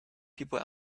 people